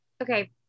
Okay